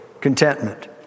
contentment